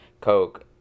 Coke